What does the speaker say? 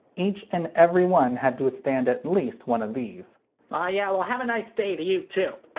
each and every one had to withstand at least one of these oh yeah? well have a nice day to you to!